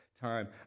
time